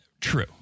True